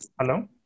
Hello